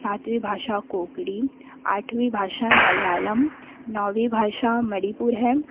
सातवीं भाषा कोंकणी आठवीं भाषा मलयालम नवीं भाषा मणिपुरी है